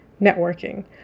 Networking